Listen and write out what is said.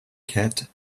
cat